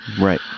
Right